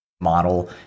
model